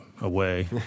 away